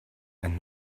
and